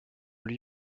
lui